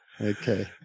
okay